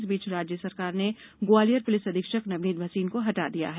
इस बीच राज्य राज्य सरकार ने ग्वालियर पुलिस अधीक्षक नवनीत भसीन का हटा दिया है